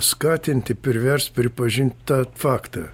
skatinti privers pripažint tą faktą